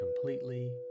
completely